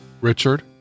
Richard